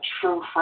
true